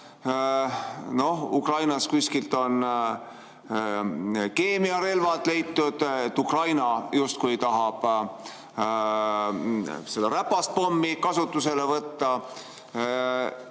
et Ukrainas kuskilt on keemiarelvad leitud, et Ukraina justkui tahab seda räpast pommi kasutusele võtta.